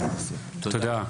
תודה,